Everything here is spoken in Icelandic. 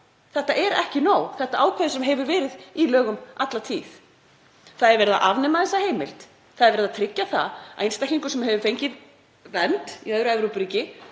Þetta er ekki nóg. Þetta ákvæði sem hefur verið í lögum alla tíð. Það er verið að afnema þessa heimild. Það er verið að tryggja það að einstaklingi sem hefur fengið vernd í öðru Evrópuríki